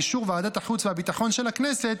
באישור ועדת החוץ והביטחון של הכנסת,